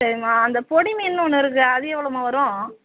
சரிம்மா அந்த பொடி மீன்னு ஒன்று இருக்குது அது எவ்வளோம்மா வரும்